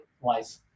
wise